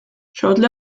shortly